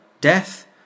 death